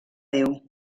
déu